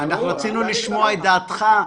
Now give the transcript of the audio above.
רצינו לשמוע את דעתך.